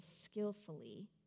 skillfully